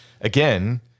again